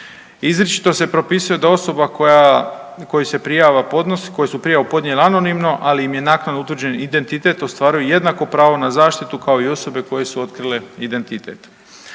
Izričito se propisuje da osoba koje su prijavu podnijele anonimno ali im je naknadno utvrđen identitet ostvaruju jednako pravo na zaštitu kao i osobe koje su otkrile identitet.